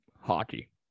hockey